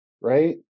Right